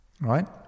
Right